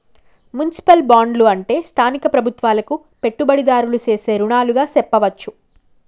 municipal బాండ్లు అంటే స్థానిక ప్రభుత్వాలకు పెట్టుబడిదారులు సేసే రుణాలుగా సెప్పవచ్చు